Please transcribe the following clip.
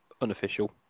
unofficial